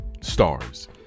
stars